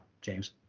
James